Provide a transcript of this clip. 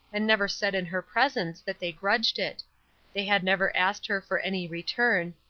and never said in her presence that they grudged it they had never asked her for any return,